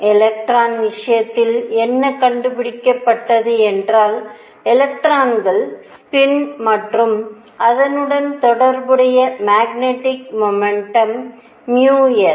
electron விஷயத்தில் என்ன கண்டுபிடிக்கப்பட்டது என்றால் எலக்ட்ரான்கள் ஸ்பின் மற்றும் அதனுடன் தொடர்புடைய மேக்னெட்டிக் மொமெண்டின் s